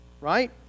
right